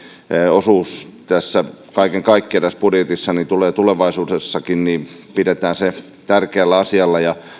osuus kaiken kaikkiaan tässä budjetissa tulevaisuudessakin pidetään tärkeänä asiana ja